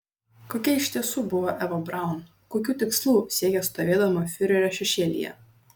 kokia iš tiesų buvo eva braun kokių tikslų siekė stovėdama fiurerio šešėlyje